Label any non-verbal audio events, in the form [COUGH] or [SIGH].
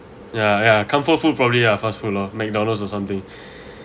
ya ya comfort food probably ah fast food lor McDonald's or something [BREATH]